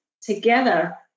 together